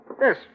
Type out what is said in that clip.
Yes